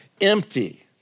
empty